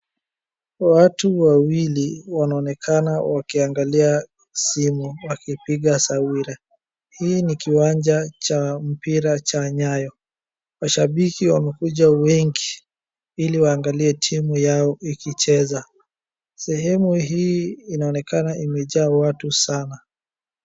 Watu wawili wanaonekana wakiangalia simu wakipiga sawira .Hii ni kiwanja cha mpira cha NYAYO.Mashambiki wamekuja wengi iliwaangalie timu yao ikicheza. Sehemu hii inaonekana imejaa watu sana